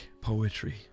poetry